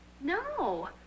No